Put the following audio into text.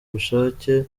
ubushake